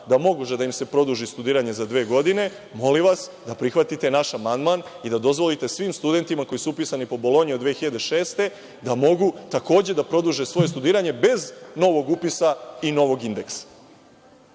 da može da im se produži studiranje za dve godine, molim vas da prihvatite naš amandman i da dozvolite svim studentima koji su upisani po Bolonji od 2006. godine da mogu takođe da produže svoje studiranje, bez novog upisa i novog indeksa.I